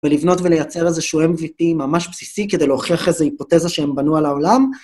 ולבנות ולייצר איזשהו MVP ממש בסיסי, כדי להוכיח איזו היפותזה שהם בנו על העולם.